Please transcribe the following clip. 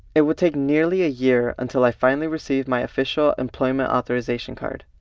it would take nearly a year until i finally received my official employment authorization card.